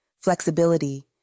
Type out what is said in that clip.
flexibility